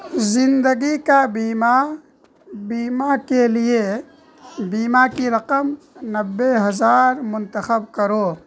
زندگی کا بیمہ بیمہ کے لیے بیمہ کی رقم نبے ہزار منتخب کرو